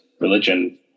religion